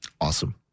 Awesome